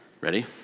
Ready